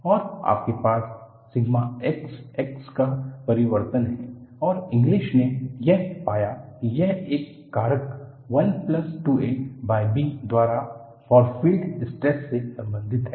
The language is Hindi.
और आपके पास सिग्मा x x का परिवर्तन है और इंग्लिस ने यह पाया कि यह एक कारक 12ab द्वारा फार फील्ड स्ट्रेस से संबंधित है